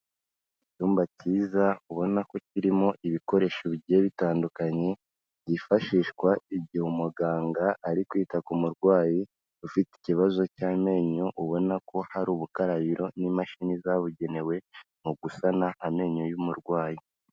Icyumba kiza ubona ko kirimo ibikoresho bigiye bitandukanye, byifashishwa igihe umuganga ari kwita ku murwayi, ufite ikibazo cy'amenyo, ubona ko hari ubukarabiro n'imashini zabugenewe, mu gusana amenyo y'umurwayi.